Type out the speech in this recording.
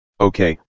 Okay